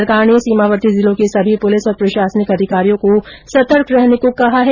सरकार ने सीमावर्ती जिलों के सभी पुलिस और प्रषासनिक अधिकारियों को सतर्क रहने के निर्देष दिये हैं